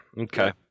Okay